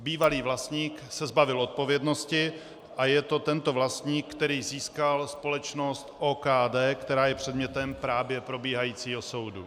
Bývalý vlastník se zbavil odpovědnosti a je to tento vlastník, který získal společnost OKD, která je předmětem právě probíhajícího soudu.